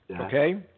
Okay